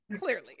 clearly